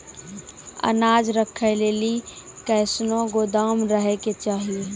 अनाज राखै लेली कैसनौ गोदाम रहै के चाही?